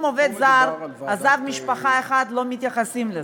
אם עובד זר עזב משפחה אחת, לא מתייחסים לזה.